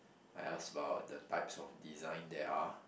I ask about the types of design there are